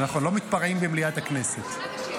לא מתפרעים במליאת הכנסת.